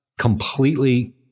completely